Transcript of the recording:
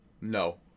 no